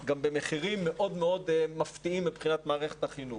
גם במחירים מפתיעים מאוד מבחינת מערכת החינוך.